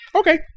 Okay